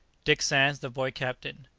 dick sands the boy captain.